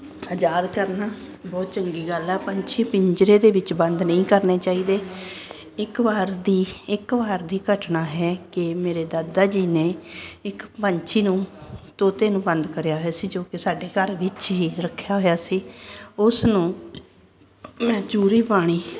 ਆਜ਼ਾਦ ਕਰਨਾ ਬਹੁਤ ਚੰਗੀ ਗੱਲ ਆ ਪੰਛੀ ਪਿੰਜਰੇ ਦੇ ਵਿੱਚ ਬੰਦ ਨਹੀਂ ਕਰਨੇ ਚਾਹੀਦੇ ਇੱਕ ਵਾਰ ਦੀ ਇੱਕ ਵਾਰ ਦੀ ਘਟਨਾ ਹੈ ਕਿ ਮੇਰੇ ਦਾਦਾ ਜੀ ਨੇ ਇੱਕ ਪੰਛੀ ਨੂੰ ਤੋਤੇ ਨੂੰ ਬੰਦ ਕਰਿਆ ਹੋਇਆ ਸੀ ਜੋ ਕਿ ਸਾਡੇ ਘਰ ਵਿੱਚ ਹੀ ਰੱਖਿਆ ਹੋਇਆ ਸੀ ਉਸ ਨੂੰ ਮੈਂ ਚੂਰੀ ਪਾਉਣੀ